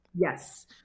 Yes